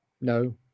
No